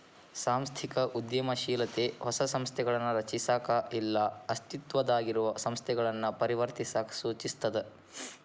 ಸಾಂಸ್ಥಿಕ ಉದ್ಯಮಶೇಲತೆ ಹೊಸ ಸಂಸ್ಥೆಗಳನ್ನ ರಚಿಸಕ ಇಲ್ಲಾ ಅಸ್ತಿತ್ವದಾಗಿರೊ ಸಂಸ್ಥೆಗಳನ್ನ ಪರಿವರ್ತಿಸಕ ಸೂಚಿಸ್ತದ